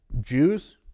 Jews